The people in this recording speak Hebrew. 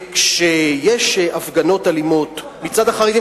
כשיש הפגנות אלימות מצד החרדים,